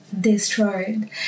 destroyed